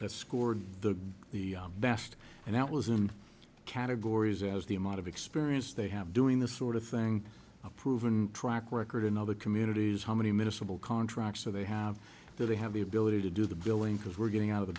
that scored the the best and that was in categories as the amount of experience they have doing this sort of thing a proven track record in other communities how many miscible contracts so they have that they have the ability to do the billing because we're getting out of the